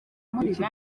muri